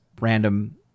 random